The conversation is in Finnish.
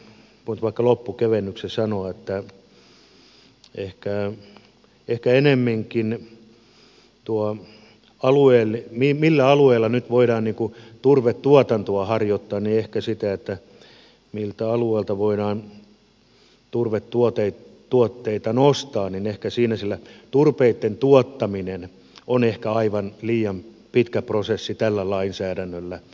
olisin voinut vaikka loppukevennykseksi sanoa että ehkä enemminkin kuin siitä millä alueella nyt voidaan turvetuotantoa harjoittaa pitäisi puhua siitä miltä alueelta voidaan turvetuotteita nostaa sillä turpeitten tuottaminen on ehkä aivan liian pitkä prosessi tällä lainsäädännöllä hallittavaksi